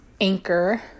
Anchor